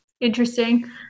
interesting